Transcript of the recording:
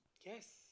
Yes